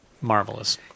marvelous